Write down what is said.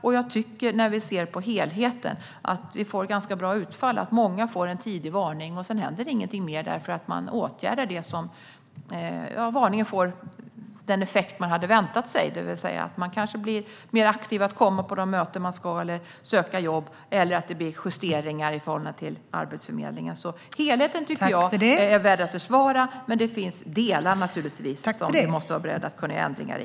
Ser man på helheten tycker jag att vi får ett bra utfall. Många får en tidig varning, men sedan händer ingenting eftersom varningen får den effekten man hade väntat sig. Antingen kanske personerna i fråga kommer på de möten de ska och söker jobb, eller så görs justeringar i förhållande till Arbetsförmedlingen. Helheten är värd att försvara, men det finns naturligtvis delar som man måste vara beredd att kunna göra ändringar i.